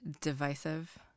divisive